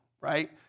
right